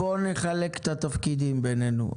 אבל בוא נחלק את התפקידים בינינו.